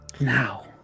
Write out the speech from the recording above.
Now